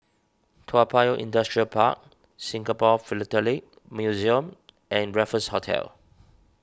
Toa Payoh Industrial Park Singapore Philatelic Museum and Raffles Hotel